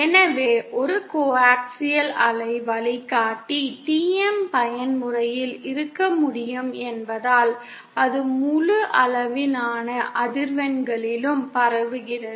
எனவே ஒரு கோஆக்சியல் அலை வழிகாட்டி TM பயன்முறையில் இருக்க முடியும் என்பதால் அது முழு அளவிலான அதிர்வெண்களிலும் பரவுகிறது